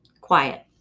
quiet